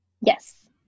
Yes